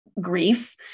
grief